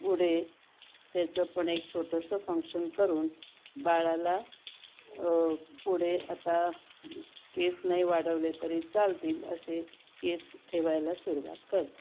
पुढे त्याचं पण एक छोटंसं फंक्शन करून बाळाला पुढे आता केस नाही वाढवले तरी चालतील असे केस ठेवायला सुरवात करतात